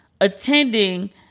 attending